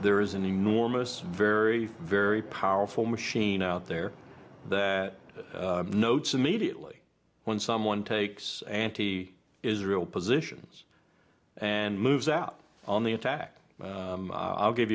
there is an enormous very very powerful machine out there that notes immediately when someone takes anti israel positions and moves out on the attack i'll give